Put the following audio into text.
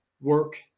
work